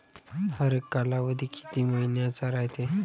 हरेक कालावधी किती मइन्याचा रायते?